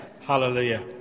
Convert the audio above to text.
Hallelujah